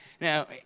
Now